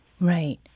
Right